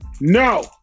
no